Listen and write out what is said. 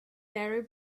barry